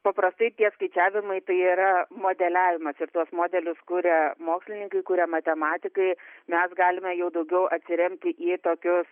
paprastai tie skaičiavimai tai yra modeliavimas ir tuos modelius kuria mokslininkai kuria matematikai mes galime jau daugiau atsiremti į tokius